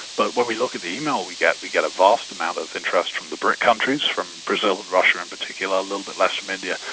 but when we look at the emails we get, we get a vast amount of interest from the bric countries, from brazil and russia in particular, a little bit less from india.